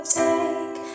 take